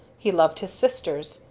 he loved his sisters,